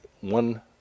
one